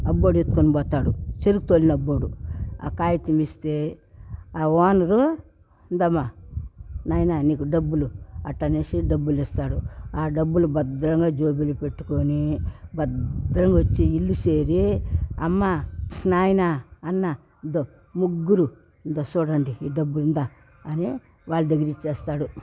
అబ్బోడు ఎత్తుకొని పోతాడు చెరుకు తోలిన అబ్బోడు ఆ కాగితం ఇస్తే ఆ ఓనరు ఇందమా నాయనా నీకు డబ్బులు అట్ట అనేసి డబ్బులు ఇస్తాడు ఆ డబ్బులు భద్రంగా జేబులో పెట్టుకొని భద్రంగా వచ్చి ఇల్లు చేరి అమ్మ నాయనా అన్న ఇద్దొ ముగ్గురు ఇద్దొ చూడండి ఈ డబ్బు ఇందా అని వాళ్ళ దగ్గర ఇచ్చేస్తాడు